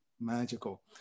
magical